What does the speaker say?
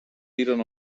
tiren